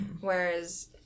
Whereas